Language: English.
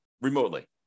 remotely